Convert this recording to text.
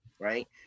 right